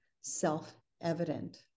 self-evident